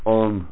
on